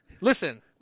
Listen